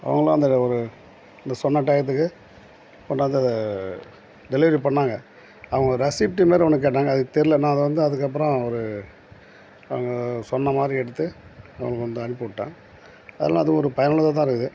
அவங்களும் அந்த ஒரு இந்த சொன்ன டையத்துக்கு கொண்டாந்து டெலிவரி பண்ணாங்க அவங்க ரசிப்ட்டு மாதிரி ஒன்று கேட்டாங்க அது தெரில நான் அதை வந்து அதுக்கப்பறம் ஒரு அவங்க சொன்ன மாதிரி எடுத்து அவங்களுக்கு வந்து அனுப்பிவிட்டேன் அதனால அது ஒரு பயனுள்ளதாக தான் இருக்குது